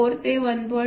4 ते 1